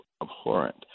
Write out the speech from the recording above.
abhorrent